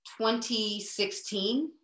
2016